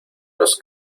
los